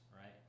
right